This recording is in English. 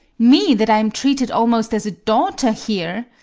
me, that am treated almost as a daughter here!